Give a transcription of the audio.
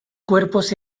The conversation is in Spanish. cuerpos